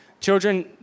children